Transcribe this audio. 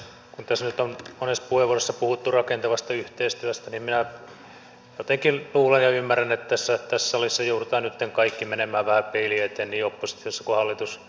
kun tässä nyt on monessa puheenvuorossa puhuttu rakentavasta yhteistyöstä niin minä jotenkin luulen ja ymmärrän että tässä salissa joudutaan nytten kaikki menemään vähän peilin eteen niin oppositiossa kuin hallituspuolueissakin